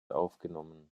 aufgenommen